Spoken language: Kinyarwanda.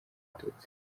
abatutsi